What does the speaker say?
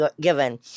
given